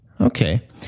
Okay